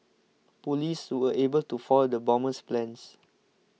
police were able to foil the bomber's plans